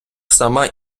сама